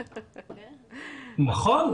נכון.